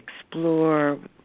explore